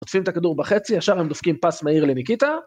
הודפים את הכדור בחצי, עכשיו הם דופקים פס מהיר לניקיטה.